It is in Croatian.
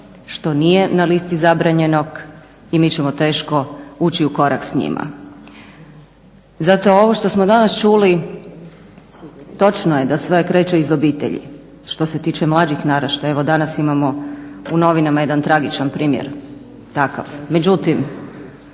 što nije na listi zabranjenog i mi ćemo teško ući ukorak s njima. Zato ovo što smo danas čuli točno je da sve kreće iz obitelji, što se tiče mlađih naraštaja. Evo danas imamo u novinama jedan tragičan primjer takav.